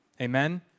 Amen